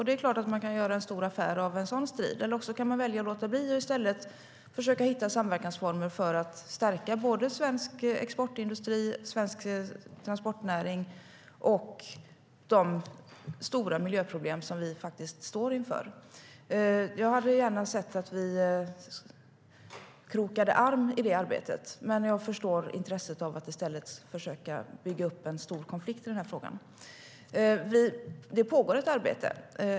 Det är klart att man kan göra en stor affär av en sådan strid, eller också kan man välja att låta bli och i stället försöka hitta samverkansformer för att stärka svensk exportindustri, svensk transportnäring och de stora miljöproblem som vi står inför. Det pågår ett arbete.